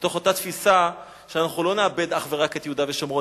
מתוך אותה תפיסה שאנחנו לא נאבד אך ורק את יהודה ושומרון,